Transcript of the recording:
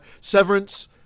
Severance